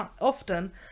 often